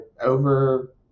over